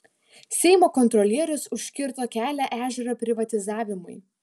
seimo kontrolierius užkirto kelią ežero privatizavimui